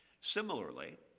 Similarly